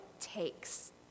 takes